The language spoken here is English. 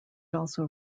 also